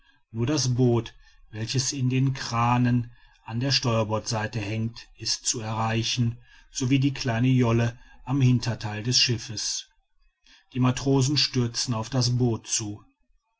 nur das boot welches in den krahnen an der steuerbordseite hängt ist zu erreichen so wie die kleine jolle am hintertheil des schiffes die matrosen stürzen auf das boot zu